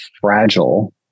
fragile